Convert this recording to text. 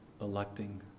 electing